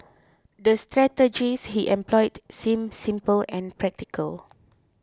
the strategies he employed seemed simple and practical